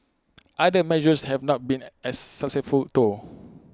other measures have not been as successful though